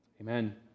Amen